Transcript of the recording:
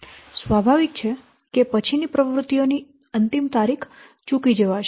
સ્વાભાવિક છે કે પછીની પ્રવૃત્તિઓની અંતિમ તારીખ ચૂકી જવાશે